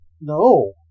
no